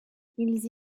ils